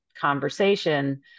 conversation